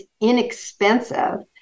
inexpensive